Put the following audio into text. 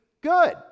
good